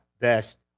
best